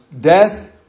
death